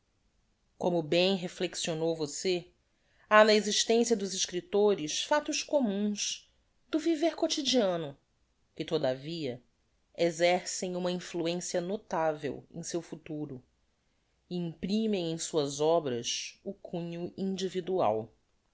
como bem reflexionou v ha na existencia dos escriptores factos communs do viver quotidiano que todavia exercem uma influencia notavel em seu futuro e imprimem em suas obras o cunho individual